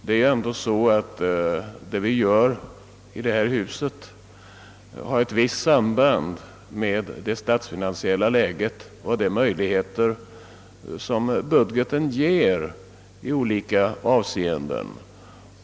Vad vi beslutar om i detta hus har ju ett visst samband med det statsfinansiella läget. Det är budgeten som avgör våra möjligheter i olika avseenden.